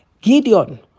Gideon